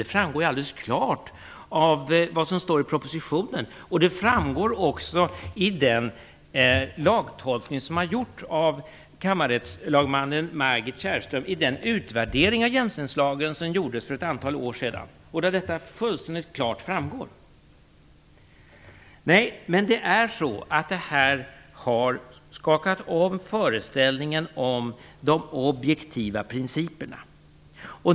Det framgår alldeles klart av vad som står i propositionen. Det framgår också klart av den lagtolkning som har gjorts av kammarrättslagmannen Margit Kärrström i den utvärdering av jämställdhetslagen som gjordes för ett antal år sedan. Det här har skakat om föreställningen om de objektiva principerna.